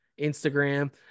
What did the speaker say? instagram